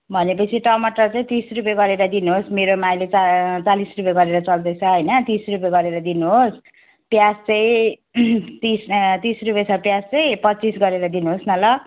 भनेपछि टमटर चाहिँ तिस रुपियाँ गरेर दिनुहोस् मेरोमा अहिले त चालिस रुपियाँ गरेर चल्दैछ होइन तिस रुपियाँ गरेर दिनुहोस् प्याज चाहिँ तिस तिस रुपियाँ छ प्याज चाहिँ पच्चिस गरेर दिनुहोस् न ल